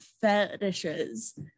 fetishes